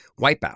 Wipeout